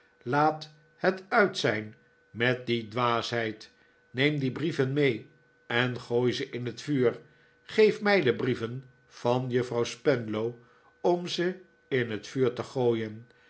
laat het uit zijn met die dwaasheid neem die brieven mee en gooi ze in het vuur geef mij de brieven van juffrouw spenlow om ze in het vuur te gooien